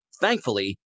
thankfully